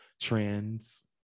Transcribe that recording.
trends